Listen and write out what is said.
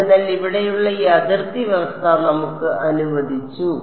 അതിനാൽ ഇവിടെയുള്ള ഈ അതിർത്തി വ്യവസ്ഥ നമുക്ക് അനുവദിച്ചു